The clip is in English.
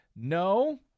No